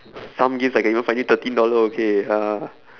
some games I can even find you thirteen dollar okay ya